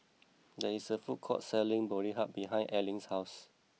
there is a food court selling Boribap behind Allyn's house